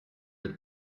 per